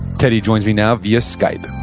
teddy joins me know via skype.